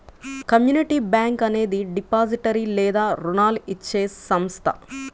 community bank అనేది depository లేదా రుణాలు ఇచ్చే సంస్థ